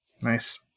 Nice